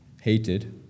hated